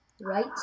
right